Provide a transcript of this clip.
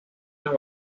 las